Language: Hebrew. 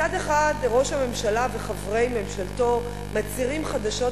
מצד אחד ראש הממשלה וחברי ממשלתו מצהירים חדשות